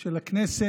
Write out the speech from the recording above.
של הכנסת,